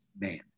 man